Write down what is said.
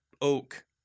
oak